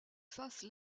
faces